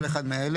כל אחד מאלה: